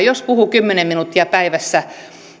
jos puhuu kymmenen minuuttia päivässä